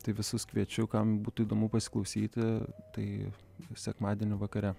tai visus kviečiu kam būtų įdomu pasiklausyti tai sekmadienį vakare